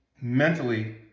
mentally